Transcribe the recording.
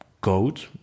code